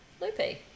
loopy